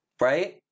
Right